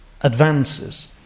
advances